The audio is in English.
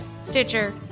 Stitcher